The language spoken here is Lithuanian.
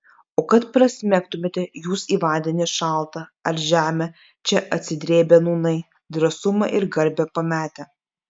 o kad prasmegtumėte jūs į vandenį šaltą ar žemę čia atsidrėbę nūnai drąsumą ir garbę pametę